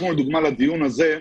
לדוגמה, בדיון הזה,